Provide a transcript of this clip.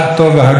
כל חייל,